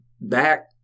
back